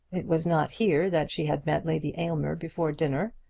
it was not here that she had met lady aylmer before dinner.